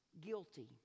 Guilty